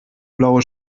blaue